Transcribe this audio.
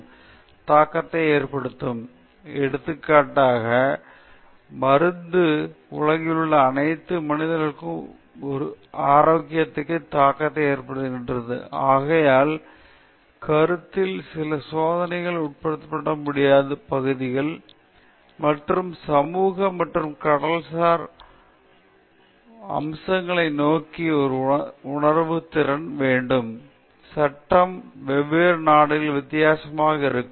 எடுத்துக்காட்டுக்கு மருந்து தொழிற்துறையில் ஒரு ஆராய்ச்சி கண்டுபிடிப்பதற்காக அல்லது வடிவமைக்கப்படும் மருந்து உலகிலுள்ள அனைத்து மனிதர்களின் ஆரோக்கியத்திற்கும் தாக்கத்தை ஏற்படுத்தும் ஆகையால் அந்த கருத்தில் சில சோதனைகள் நடத்தப்பட முடியாது பகுதிகள் மற்றும் ஒரு சமூக மற்றும் சட்ட கலாச்சார அம்சங்களை நோக்கி ஒரு உணர்திறன் இருக்க வேண்டும் சட்டம் வெவ்வேறு நாடுகளில் வித்தியாசமாக இருக்கும்